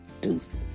deuces